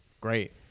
great